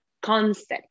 concept